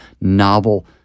novel